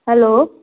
hello